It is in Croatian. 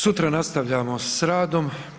Sutra nastavljamo s radom.